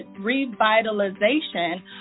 revitalization